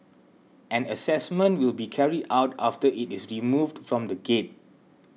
an assessment will be carried out after it is removed from the gate